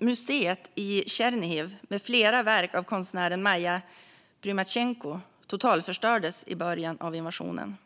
museet i Tjernihiv, med flera verk av konstnären Marija Prymatjenko, totalförstördes i början av invasionen.